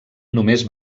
només